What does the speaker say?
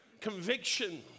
conviction